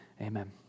Amen